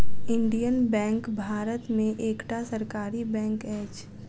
Indian Bank Bharat में एकटा सरकारी बैंक अछि